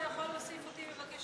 אתה יכול להוסיף אותי בבקשה?